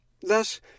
thus